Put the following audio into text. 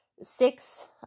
Six